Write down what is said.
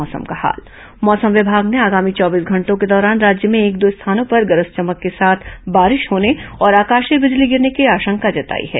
मौसम मौसम विमाग ने आगामी चौबीस घंटों के दौरान राज्य में एक दो स्थानों पर गरज चमक के साथ बारिश होने और आकाशीय बिजली गिरने की संभावना जताई है